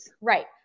right